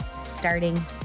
starting